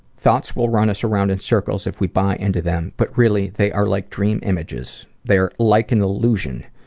thoughts will run us around in circles if we buy into them but really they are like dream images. they are like an illusion,